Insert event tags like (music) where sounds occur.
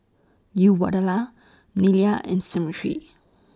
Uyyalawada Neila (noise) and Smriti